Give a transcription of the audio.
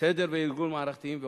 וסדר וארגון מערכתיים.